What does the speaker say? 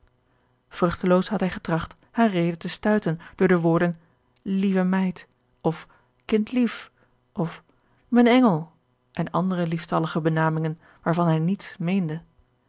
vruchteloos had hij getracht hare rede te stuiten door de woorden lieve meid of kindlief of mijn engel en andere lieftalige benamingen waarvan hij niets meende